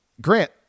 Grant